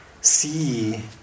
see